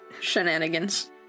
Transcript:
shenanigans